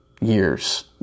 years